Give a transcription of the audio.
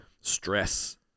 stress